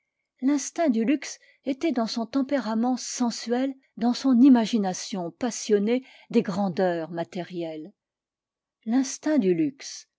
l'instinct du luxe était dans son tempérament sensuel dans son imagination passionnée des grandeurs matérielles l'instinct du luxe